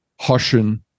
Hushin